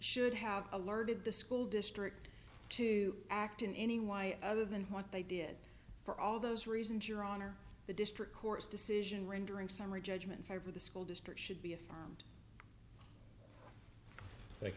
should have alerted the school district to act in any why other than what they did for all those reasons your honor the district court's decision rendering summary judgment favor the school district should be affirm